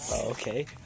Okay